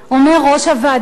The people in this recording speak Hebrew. ואומר ראש הוועדה: